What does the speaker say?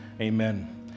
Amen